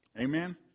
Amen